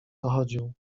dochodził